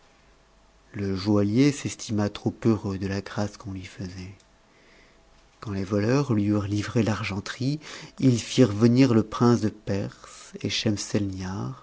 le joaillier s'estima trop heureux de la grâce qu'on lui faisait quand les voleurs lui eurent livré l'argenterie ils firent venir le prince de perse